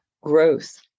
growth